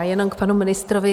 Jenom k panu ministrovi.